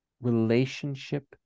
relationship